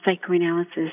psychoanalysis